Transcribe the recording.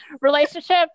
relationship